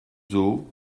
zoo